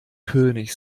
könig